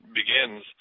Begins